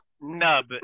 nub